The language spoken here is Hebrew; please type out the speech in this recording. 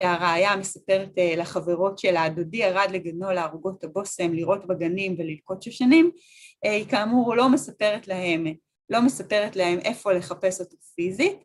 ‫והרעיה מספרת לחברות שלה, ‫דודי ירד לגנו להרבות את הבוסם, ‫לרעות בגנים וללקוט שושנים. ‫כאמור, היא לא מספרת להם ‫איפה לחפש אותו פיזית.